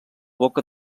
boca